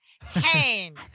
hands